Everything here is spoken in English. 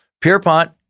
Pierpont